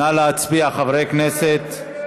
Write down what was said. נא להצביע, חברי הכנסת.